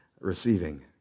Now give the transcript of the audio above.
receiving